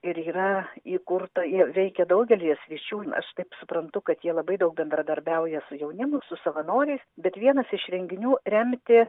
ir yra įkurta ir veikia daugelyje sričių na aš taip suprantu kad jie labai daug bendradarbiauja su jaunimu su savanoriais bet vienas iš renginių remti